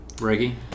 Reggie